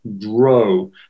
grow